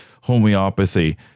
homeopathy